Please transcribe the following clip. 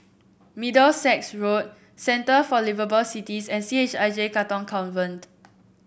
Middlesex Road Centre for Liveable Cities and C H I J Katong Convent